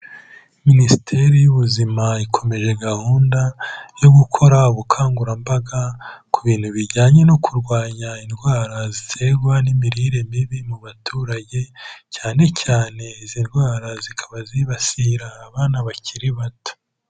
Minisiteri y'ubuzima ikomeje gahunda yo gukora ubukangurambaga ku bintu bijyanye no kurwanya indwara ziterwa n'imirire mibi mu baturage, cyane cyane izi ndwara zikaba zibasira abana bakiri bato.